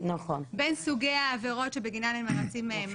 בין סוגי העבירות שבגינן הם מרצים מאסר,